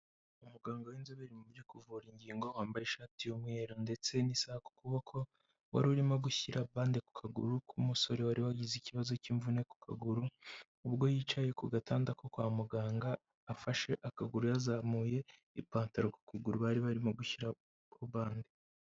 Umuganga w'inzobere mu byo kuvura ingingo, wambaye ishati y'umweru ndetse n'isaha ku kuboko, wari urimo gushyira bande ku kaguru k'umusore wari wagize ikibazo k'imvune ku kaguru, ubwo yicaye ku gatanda ko kwa muganga, afashe akaguru yazamuye ipantaro ku kuguru bari barimo gushyiraho bande.